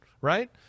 right